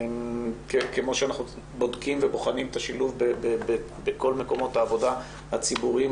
כמו שאנחנו בודקים ובוחנים את השילוב בכל מקומות העבודה הציבוריים,